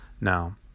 Now